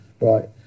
right